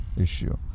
issue